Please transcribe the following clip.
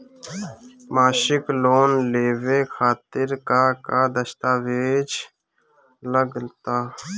मसीक लोन लेवे खातिर का का दास्तावेज लग ता?